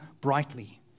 brightly